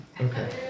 Okay